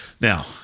Now